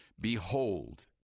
Behold